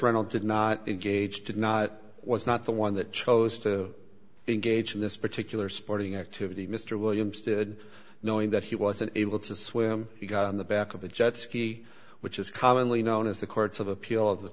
reynold did not engage did not was not the one that chose to engage in this particular sporting activity mr williams did knowing that he wasn't able to swim on the back of the jet ski which is commonly known as the courts of appeal of the